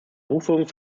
buchführung